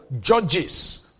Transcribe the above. judges